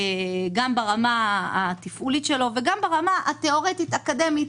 גם ברמה התפעולית שלו וגם ברמה התיאורטית אקדמית,